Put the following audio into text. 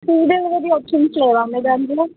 food delivery options లేవా మీ దాంట్లో